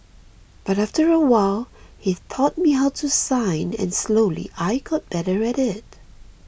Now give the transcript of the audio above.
but after a while he taught me how to sign and slowly I got better at it